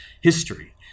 history